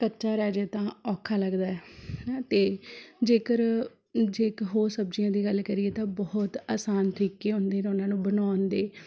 ਕੱਚਾ ਰਹਿ ਜੇ ਤਾਂ ਔਖਾ ਲੱਗਦਾ ਹੈ ਅਤੇ ਜੇਕਰ ਜੇਕ ਹੋਰ ਸਬਜ਼ੀਆਂ ਦੀ ਗੱਲ ਕਰੀਏ ਤਾਂ ਬਹੁਤ ਆਸਾਨ ਤਰੀਕੇ ਹੁੰਦੇ ਨੇ ਉਹਨਾਂ ਨੂੰ ਬਣਾਉਣ ਦੇ